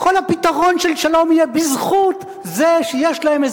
כל הפתרון של שלום יהיה בזכות זה שיש להם,